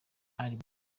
ali